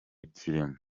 kirimo